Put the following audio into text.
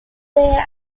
their